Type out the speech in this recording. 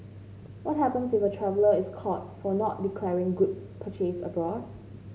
what happens if a traveller is caught for not declaring goods purchased abroad